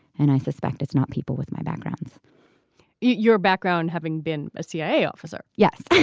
and i suspect it's not people with my backgrounds your background having been a cia officer yes.